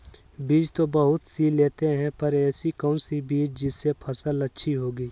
बीज तो बहुत सी लेते हैं पर ऐसी कौन सी बिज जिससे फसल अच्छी होगी?